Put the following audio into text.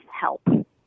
help